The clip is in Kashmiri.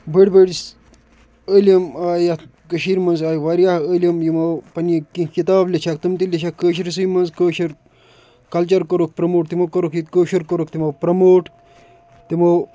بٔڑ بٔڑعٲلم آیہِ یَتھ کٔشیٖر منٛز آیہِ وارِیاہ عٲلم یِمو پننہِ کیٚنٛہہ کِتابہٕ لیٚچکھ تِم تہِ لیٚچکھ کٲشرِسٕے منٛز کٲشُر کلچر کوٚرُکھ پرٛیٚموٹ تِمو کوٚرُکھ ییٚتہِ کٲشُر کوٚرُکھ پرٛیٚموٹ تِمو